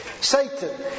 Satan